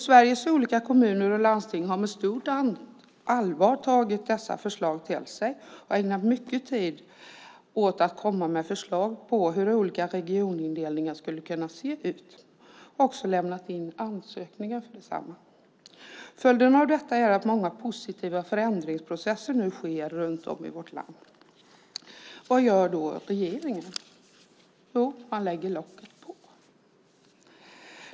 Sveriges olika kommuner och landsting har med stort allvar tagit förslaget till sig och ägnat mycket tid åt att komma med förslag på hur olika regionindelningar skulle kunna se ut. De har också lämnat in ansökningar om dessa. Följden av detta är att många positiva förändringsprocesser nu sker runt om i vårt land. Vad gör då regeringen? Man lägger locket på.